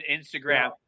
instagram